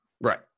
Right